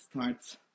starts